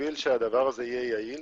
בשביל שהדבר הזה יהיה יעיל,